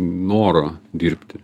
noro dirbti